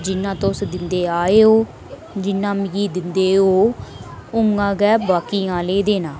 जिना तुस दिंदे आए ओ जिन्ना मिगी दिंदे ओ उ'आं गै बाकी आहलें गी देना